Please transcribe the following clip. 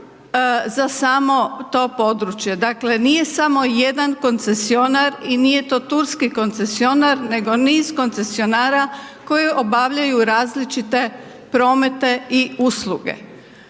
za samo to područje, dakle, nije samo jedan koncesionar i nije to turski koncesionar, nego niz koncesionara koji obavljaju različite promete i usluge.